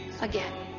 again